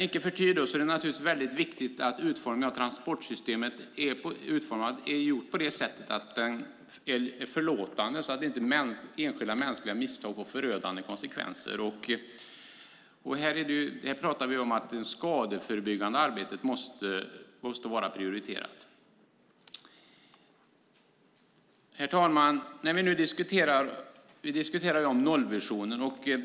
Icke förty är det naturligtvis väldigt viktigt att utformningen av transportsystemet är gjort på det sättet att det är förlåtande, så att inte enskilda mänskliga misstag får förödande konsekvenser. Här pratar vi om att det skadeförebyggande arbetet måste vara prioriterat. Herr talman! Vi diskuterar nu om nollvisionen.